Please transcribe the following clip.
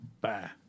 Bye